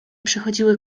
przechodziły